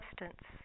substance